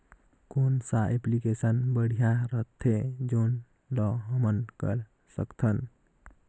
कौन सा एप्लिकेशन बढ़िया रथे जोन ल हमन कर सकथन?